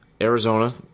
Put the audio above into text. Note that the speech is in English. Arizona